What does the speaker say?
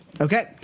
Okay